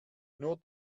nur